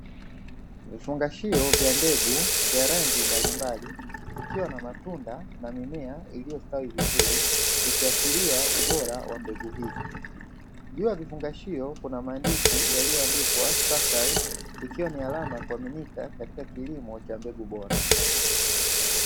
Vifungashio vya mbegu vya rangi mbalimbali zikiwa na matunda na mimea iliyostawi vizuri zikiashiria ubora wa mbegu hizi, juu ya vifungashio kuna maandishi yaliyoandikwa "SEED" ikiwa ni alama ya kuaminika katika kilimo cha mbegu bora.